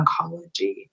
oncology